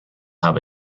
have